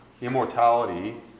immortality